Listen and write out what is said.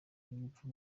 y’urupfu